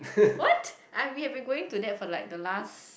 what I we have been going to that for like the last